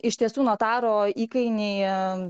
iš tiesų notaro įkainiai jie